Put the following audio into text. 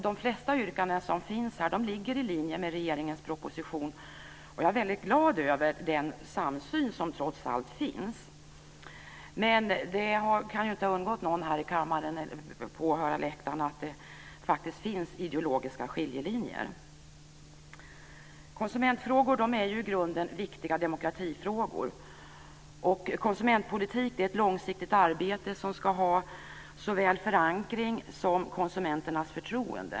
De flesta yrkanden som finns här ligger i linje med regeringens proposition, och jag är väldigt glad över den samsyn som trots allt finns. Men det kan inte ha undgått någon här i kammaren eller på åhörarläktaren att det faktiskt finns ideologiska skiljelinjer. Konsumentfrågor är ju i grunden viktiga demokratifrågor. Konsumentpolitik är ett långsiktigt arbete som ska ha såväl förankring som konsumenternas förtroende.